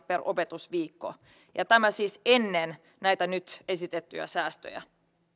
per opetusviikko ja tämä siis ennen näitä nyt esitettyjä säästöjä